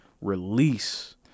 release